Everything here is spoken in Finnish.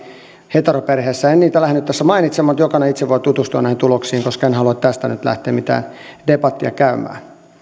heteroperheessä en niitä lähde nyt tässä mainitsemaan mutta jokainen itse voi tutustua näihin tuloksiin koska en halua tästä nyt lähteä mitään debattia käymään